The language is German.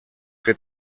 wird